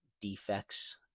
defects